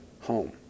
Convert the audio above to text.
home